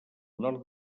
nord